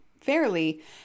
fairly